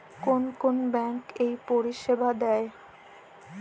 কোন কোন ব্যাঙ্ক এই পরিষেবা দেয়?